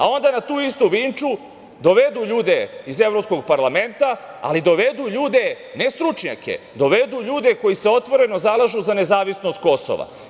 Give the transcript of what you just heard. Onda na tu istu Vinču dovedu ljude iz Evropskog parlamenta, ali dovedu ljude, ne stručnjake, dovedu ljude koji se otvoreno zalažu za nezavisnost Kosova.